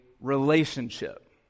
relationship